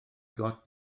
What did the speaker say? gôt